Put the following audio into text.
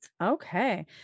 Okay